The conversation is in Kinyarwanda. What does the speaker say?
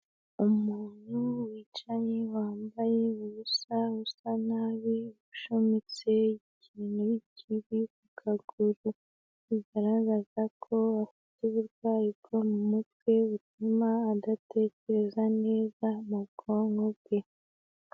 Umuntu wicaye, wambaye ubusa, usa nabi, ushumitse ikintu kiri ku kaguru, bigaragaza ko afite uburwayi bwo mu mutwe butuma adatekereza neza mu bwonko bwe.